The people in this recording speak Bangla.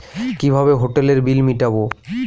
কিভাবে হোটেলের বিল মিটাব?